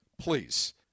Please